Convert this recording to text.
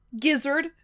Gizzard